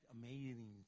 amazing